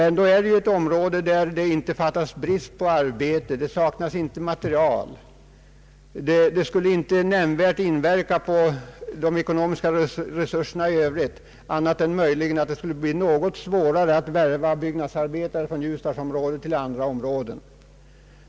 Ändå är ju detta ett område där det inte saknas arbetskraft och material. En satsning på Ljusdal skulle inte nämnvärt inverka på de ekonomiska resurserna i Övrigt annat än att det möjligen skulle bli något svårare att värva byggnadsarbetare från Ljusdalsområdet till andra områden.